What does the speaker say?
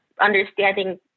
understanding